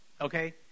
Okay